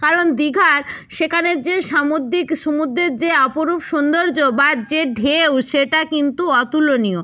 কারণ দীঘার সেখানের যে সামুদ্রিক সুমুদ্রের যে অপরূপ সুন্দর্য বা যে ঢেউ সেটা কিন্তু অতুলনীয়